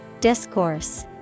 Discourse